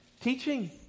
teaching